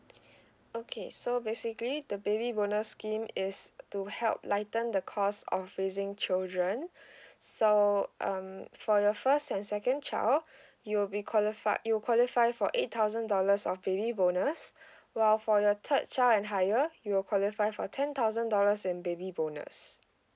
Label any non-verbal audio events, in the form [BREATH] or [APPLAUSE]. okay so basically the baby bonus scheme is to help lighten the cost of raising children [BREATH] so um for your first and second child [BREATH] you will be qualified you qualify for eight thousand dollars of baby bonus [BREATH] while for your third child and higher you will qualify for ten thousand dollars in baby bonus